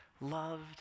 loved